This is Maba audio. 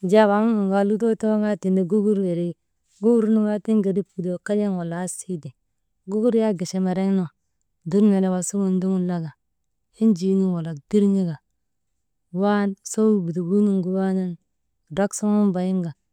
Wujaa waŋ nun kaa lutoo too kaa tindi gugur wirii, gugur nu kaa tiŋ gerip kudoo kayaŋ wala asii ti, gugur wak kechembereŋ nu dur nenee wasigin ndoŋun laka, enjii nu walak tirŋaka, wan sow butukuu nuŋgu wanan ndrak suŋun bayinka.